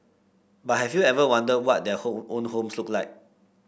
but have you ever wondered what their hole own homes look like